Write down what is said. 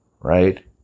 right